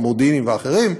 המודיעיניים והאחרים,